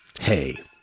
hey